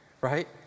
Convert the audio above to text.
right